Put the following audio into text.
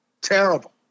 Terrible